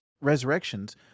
resurrections